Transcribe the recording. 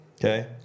Okay